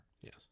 Yes